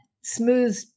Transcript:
smooth